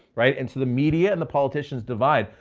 right? and so the media and the politicians divide,